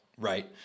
right